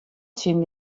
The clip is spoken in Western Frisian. tsjin